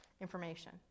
information